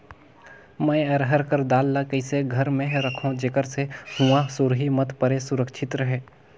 मैं अरहर कर दाल ला कइसे घर मे रखों जेकर से हुंआ सुरही मत परे सुरक्षित रहे?